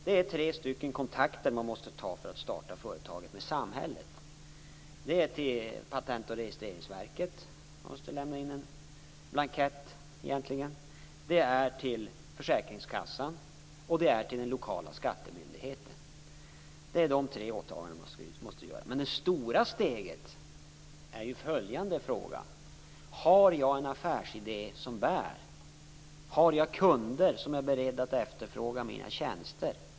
Det är tre kontakter som man måste ta med samhället för att starta företag. Det är till Patent och registreringsverket, dit man måste lämna in en blankett. Det är egentligen vad det är fråga om. Det är också till försäkringskassan och till den lokala skattemyndigheten. Det är de tre åtagandena man måste göra. Men det stora steget gäller ju: Har jag en affärsidé som bär? Har jag kunder som är beredda att efterfråga mina tjänster?